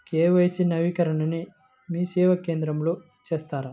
KYC నవీకరణని మీసేవా కేంద్రం లో చేస్తారా?